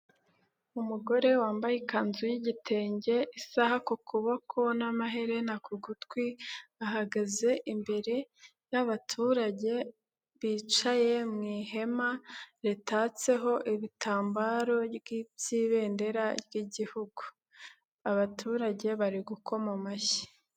Umugore wambaye ikanzu y'igitenge, isaha ku kuboko n'amaherena ku gutwi, ahagaze imbere y'abaturage bicaye mu ihema ritatseho ibitambaro by'ibendera ry'Igihugu, abaturage bari gukoma amashyi.